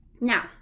Now